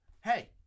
hey